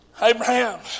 Abraham